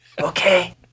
Okay